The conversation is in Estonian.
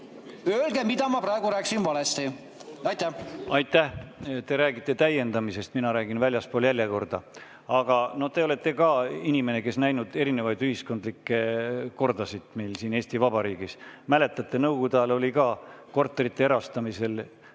Öelge, mida ma praegu rääkisin valesti! Aitäh! Te räägite täiendamisest. Mina räägin väljaspool järjekorda ... Aga no te olete ka inimene, kes on näinud erinevaid ühiskondlikke kordasid meil siin Eesti Vabariigis. Mäletate, nõukogude ajal oli ka korterite erastamisel